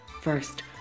First